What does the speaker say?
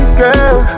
girl